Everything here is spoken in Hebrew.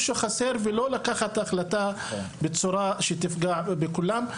שחסר ולא לקחת החלטה בצורה שתפגע בכולם.